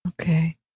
okay